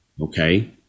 Okay